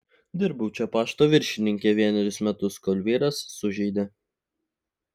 dirbau čia pašto viršininke vienerius metus kol vyras sužeidė